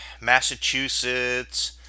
Massachusetts